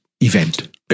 event